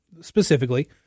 specifically